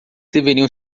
deveriam